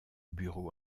bureau